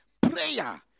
prayer